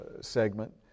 segment